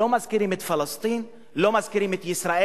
לא מזכירים את פלסטין, לא מזכירים את ישראל.